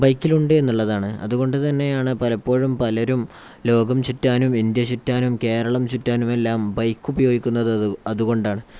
ബൈക്കിലുണ്ടെന്നുള്ളതാണ് അതുകൊണ്ട് തന്നെയാണ് പലപ്പോഴും പലരും ലോകം ചുറ്റാനും ഇന്ത്യ ചുറ്റാനും കേരളം ചുറ്റാനുമെല്ലാം ബൈക്ക് ഉപയോഗിക്കുന്നത് അതുകൊണ്ടാണ്